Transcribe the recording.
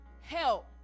help